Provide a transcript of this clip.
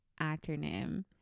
acronym